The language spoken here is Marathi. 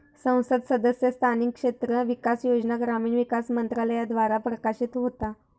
संसद सदस्य स्थानिक क्षेत्र विकास योजना ग्रामीण विकास मंत्रालयाद्वारा प्रशासित होता